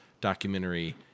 documentary